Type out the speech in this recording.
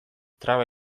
traba